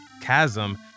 chasm